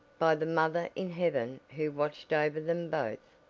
by the mother in heaven who watched over them both.